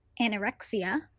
anorexia